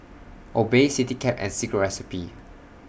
Obey Citycab and Secret Recipe